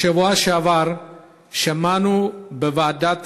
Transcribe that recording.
בשבוע שעבר שמענו בוועדת